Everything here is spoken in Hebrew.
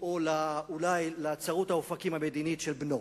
או אולי לצרות האופקים המדינית של בנו?